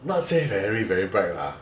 not say very very bright lah